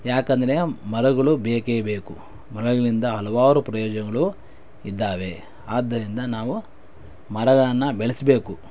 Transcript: ಯಾಕಂದರೆ ಮರಗಳು ಬೇಕೇ ಬೇಕು ಮರಗಳಿಂದ ಹಲವಾರು ಪ್ರಯೋಜನಗಳು ಇದ್ದಾವೆ ಆದ್ದರಿಂದ ನಾವು ಮರಗಳನ್ನು ಬೆಳೆಸಬೇಕು